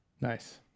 Nice